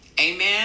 Amen